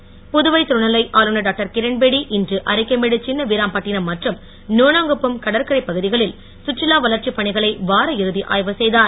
கிரண்பேடி புதுவை துணை நிலை ஆளுநர் டாக்டர் கிரண்பேடி இன்று அரிக்கமேடு சின்னவீராம்பட்டினம் மற்றும் நோணாங்குப்பம் கடற்கரைப் பகுதிகளில் சுற்றுலா வளர்ச்சிப் பணிகளை வார இறுதி ஆய்வு செய்தார்